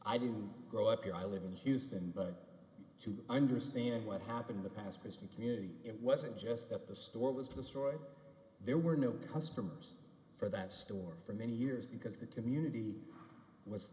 i didn't grow up here i live in houston but to understand what happened in the past was the community it wasn't just at the store was destroyed there were no customers for that store for many years because the community was